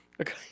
Okay